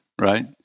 right